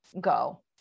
go